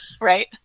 right